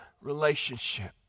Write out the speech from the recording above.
relationship